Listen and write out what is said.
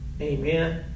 Amen